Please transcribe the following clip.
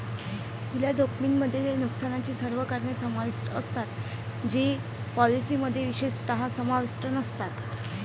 खुल्या जोखमीमध्ये नुकसानाची सर्व कारणे समाविष्ट असतात जी पॉलिसीमध्ये विशेषतः समाविष्ट नसतात